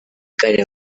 gare